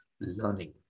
learning